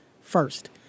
first